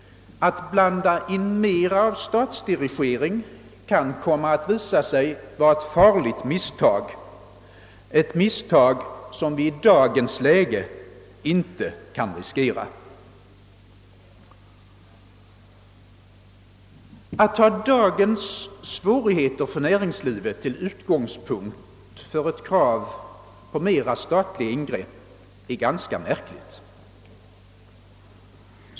Att blanda in mer av statsdirigering kan komma att visa sig vara ett farligt misstag, ett misstag som vi i dagens läge inte kan riskera. Att ta dagens svårigheter inom näringslivet till utgångspunkt för ett krav på ökade statliga ingrepp är ganska märkligt.